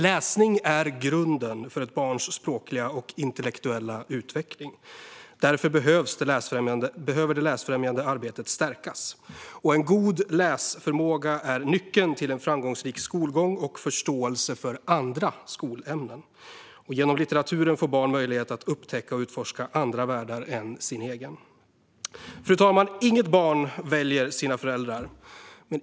Läsning är grunden för ett barns språkliga och intellektuella utveckling. Därför behöver det läsfrämjande arbetet stärkas. En god läsförmåga är nyckeln till en framgångsrik skolgång och förståelse för andra skolämnen, och genom litteraturen får barn möjlighet att upptäcka och utforska andra världar än sin egen. Fru talman! Inget barn väljer sina föräldrar.